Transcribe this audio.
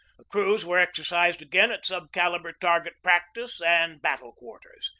the crews were exercised again at sub-calibre target practice and battle quarters,